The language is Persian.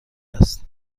است